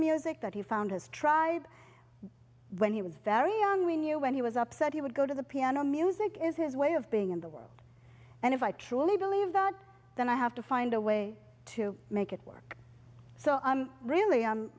music that he found his tribe when he was very young we knew when he was upset he would go to the piano music is his way of being in the world and if i truly believe that then i have to find a way to make it work so i'm really i'm